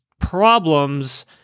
problems